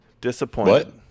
Disappointed